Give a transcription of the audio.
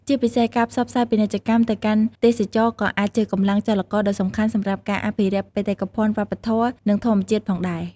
ជាពិសេស ការផ្សព្វផ្សាយពាណិជ្ជកម្មទៅកាន់ ទេសចរណ៍ក៏អាចជាកម្លាំងចលករដ៏សំខាន់សម្រាប់ការអភិរក្សបេតិកភណ្ឌវប្បធម៌ និងធម្មជាតិផងដែរ។